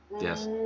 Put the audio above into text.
Yes